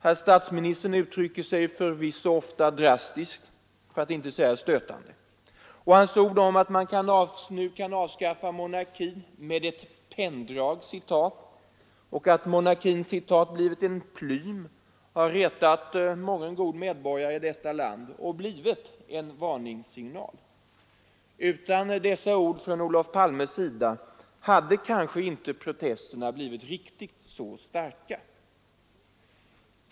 Herr statsministern uttrycker sig förvisso ofta drastiskt, för att inte säga stötande. Hans ord om att man nu kan avskaffa monarkin med ett penndrag och att monarkin utgör ”en plym” har retat mången god medborgare i detta land och blivit en varningssignal. Utan dessa ord från Olof Palmes sida hade kanske inte protesterna blivit riktigt så starka.